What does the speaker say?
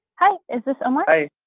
hi, is this omar? hi.